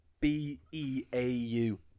B-E-A-U